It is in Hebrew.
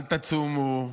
אל תצומו,